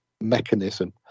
mechanism